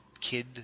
kid